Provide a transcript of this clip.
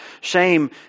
Shame